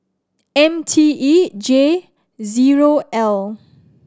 M T E J zero L